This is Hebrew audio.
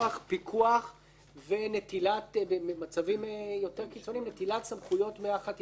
פיקוח ונטילת סמכויות מהחטיבה אם היא לא